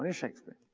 and shakespeare.